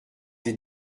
des